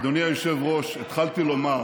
אדוני היושב-ראש, התחלתי לומר